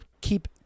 keep